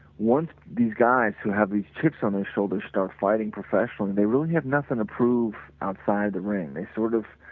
once these guys who have these chips on their shoulder start fighting professional, they really have nothing to prove outside the ring, they sort of,